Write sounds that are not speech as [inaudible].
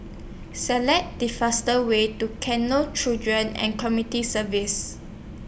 Select The faster Way to [unintelligible] Children and comity Services